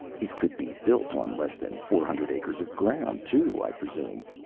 it could be built on less than four hundred acres of ground, too, i presume?